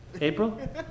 April